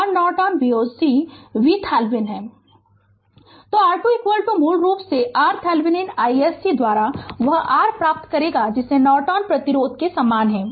Refer Slide Time 3221 तो R2 मूल रूप से r VThevenin iSC द्वारा वह r प्राप्त करेगा जिसे नॉर्टन प्रतिरोध के समान हैं